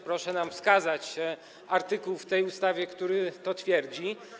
Proszę nam wskazać artykuł w tej ustawie, w którym to się stwierdza.